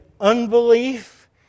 unbelief